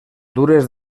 dures